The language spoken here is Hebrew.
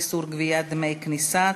איסור גביית דמי כניסה),